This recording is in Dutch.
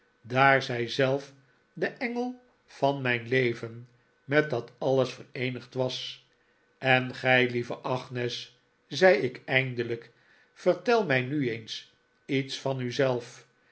daar zij zelf de engel van mijn leven met dat alles vereenigd was en gij lieve agnes zei ik eindelijk vertel mij nu eens iets van u zelf